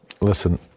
listen